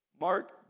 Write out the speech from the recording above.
Mark